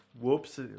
whoops